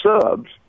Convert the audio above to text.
subs